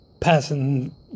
passing